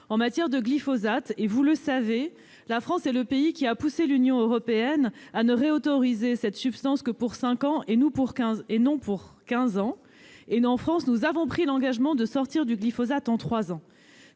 En matière de glyphosate, et vous le savez, la France est le pays qui a poussé l'Union européenne à ne réautoriser cette substance que pour cinq ans et non pour quinze ans, et elle a pris l'engagement de sortir du glyphosate en trois